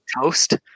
toast